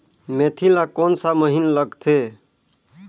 मेंथी ला कोन सा महीन लगथे?